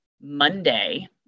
Monday